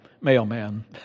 mailman